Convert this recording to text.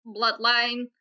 bloodline